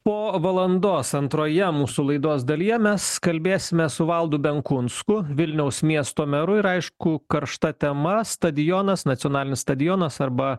po valandos antroje mūsų laidos dalyje mes kalbėsime su valdu benkunsku vilniaus miesto meru ir aišku karšta tema stadionas nacionalinis stadionas arba